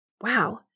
Wow